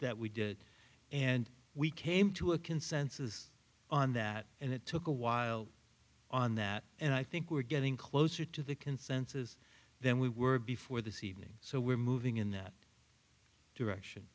that we did and we came to a consensus on that and it took a while on that and i think we're getting closer to the consensus then we were before this evening so we're moving in that direction